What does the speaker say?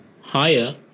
higher